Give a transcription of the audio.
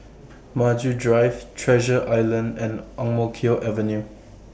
Maju Drive Treasure Island and Ang Mo Kio Avenue